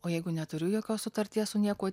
o jeigu neturiu jokios sutarties su niekuo